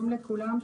שלום לכולם.